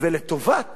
לטובת